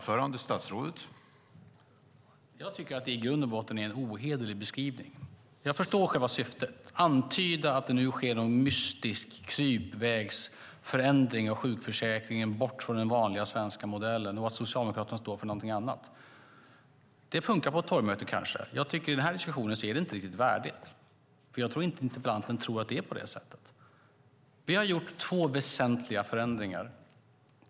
Herr talman! Jag tycker att det i grund och botten är en ohederlig beskrivning. Jag förstår själva syftet: att antyda att det nu sker någon mystisk krypvägsförändring av sjukförsäkringen bort från den vanliga svenska modellen och att Socialdemokraterna står för någonting annat. Det kanske funkar på ett torgmöte. Jag tycker inte att det är riktigt värdigt i denna diskussion, för jag tror inte att interpellanten tror att det är på detta sätt. Vi har gjort två väsentliga förändringar.